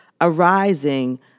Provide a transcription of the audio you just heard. arising